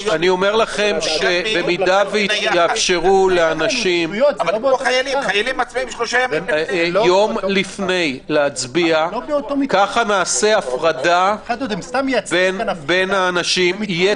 במידה ויאפשרו לאנשים להצביע יום לפני ככה נעשה הפרדה בין האנשים ותהיה